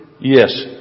yes